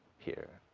here,